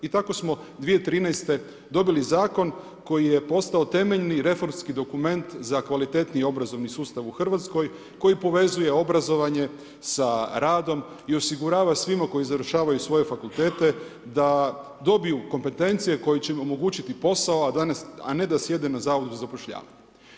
I tako smo 2013. dobili zakon koji je postao temeljni reformski dokument za kvalitetniji obrazovni sustav u Hrvatskoj koji povezuje obrazovanje sa radom i osigurava svima koji završavaju svoje fakultete da dobiju kompetencije koje će im omogućiti posao, a ne da sjede na Zavodu za zapošljavanje.